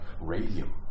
radium